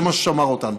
זה מה ששמר אותנו.